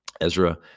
Ezra